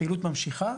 הפעילות ממשיכה,